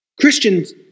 Christians